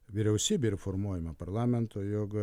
vyriausybė yra formuojama parlamento jog